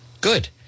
Good